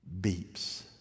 beeps